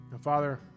Father